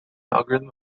algorithm